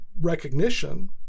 recognition